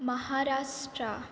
Maharashtra